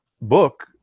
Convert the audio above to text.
book